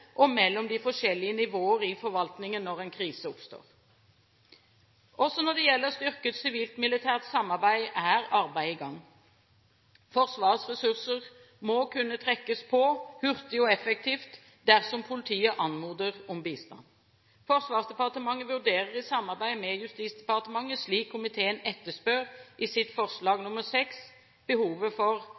og mellom de forskjellige nivåer i forvaltningen, når en krise oppstår. Også når det gjelder styrket sivilt-militært samarbeid, er arbeidet i gang. Forsvarets ressurser må kunne trekkes på hurtig og effektivt, dersom politiet anmoder om bistand. Forsvarsdepartementet vurderer i samarbeid med Justis- og beredskapsdepartementet – slik komiteen etterspør i sitt forslag nr. VI – behovet for